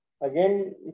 again